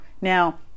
now